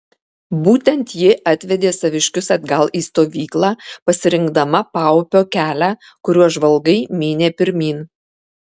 būtent ji atvedė saviškius atgal į stovyklą pasirinkdama paupio kelią kuriuo žvalgai mynė pirmyn